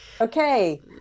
okay